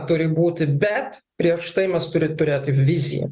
turi būti bet prieš tai mes turim turėti viziją